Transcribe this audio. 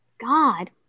God